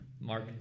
Mark